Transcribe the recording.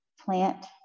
plant